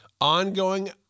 ongoing